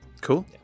Cool